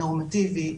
הנורמטיבי,